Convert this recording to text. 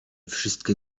wszystkie